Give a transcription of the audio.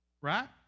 Right